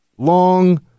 long